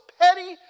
petty